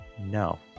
No